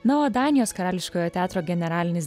na o danijos karališkojo teatro generalinis